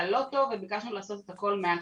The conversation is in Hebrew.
לא טוב וביקשנו לעשות את הכל מההתחלה.